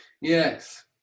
Yes